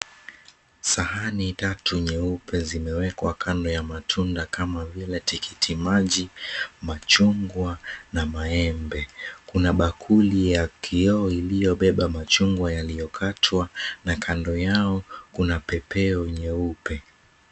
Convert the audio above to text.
Sahani tatu nyeupe zimewekwa kando ya matunda kama vile tikitikimaji, machungwa, na maembe. Kuna bakuli ya kioo iliyobeba machungwa yaliyokatwa na kando yao kuna pepeo nyeupe.